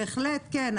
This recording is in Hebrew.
בהחלט כן,